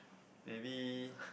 maybe